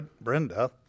Brenda